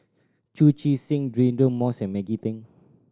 Chu Chee Seng Deirdre Moss and Maggie Teng